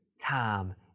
time